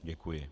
Děkuji.